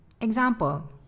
Example